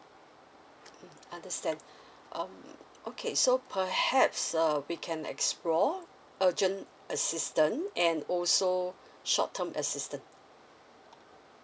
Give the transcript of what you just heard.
understand um okay so perhaps uh we can explore urgent assistance and also short term assistance